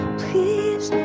please